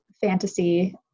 fantasy